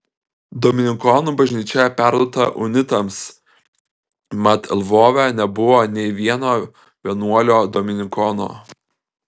dominikonų bažnyčia perduota unitams mat lvove nebuvo nei vieno vienuolio dominikono